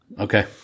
Okay